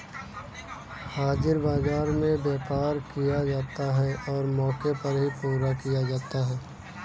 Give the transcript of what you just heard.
हाजिर बाजार में व्यापार किया जाता है और मौके पर ही पूरा किया जाता है